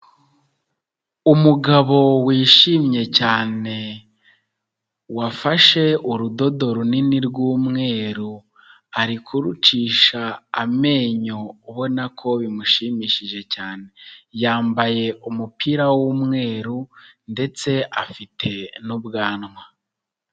Umugabo wishimye cyane, wafashe urudodo runini rw'umweru, ari kurucisha amenyo ubona ko bimushimishije cyane, yambaye umupira w'umweru ndetse afite n'ubwanwa.